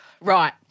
Right